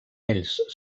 ells